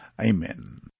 Amen